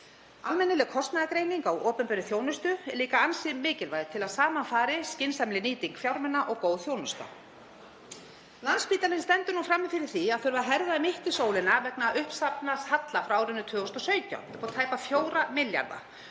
Almennileg kostnaðargreining á opinberri þjónustu er líka ansi mikilvæg til að saman fari skynsamleg nýting fjármuna og góð þjónusta. Landspítalinn stendur nú frammi fyrir því að þurfa að herða mittisólina vegna uppsafnaðs halla frá árinu 2017 upp á tæpa 4 milljarða.